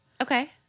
Okay